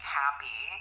happy